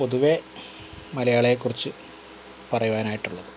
പൊതുവെ മലയാളിയെക്കുറിച്ച് പറയുവാനായിട്ടുള്ളത്